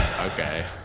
okay